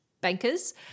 bankers